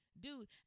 dude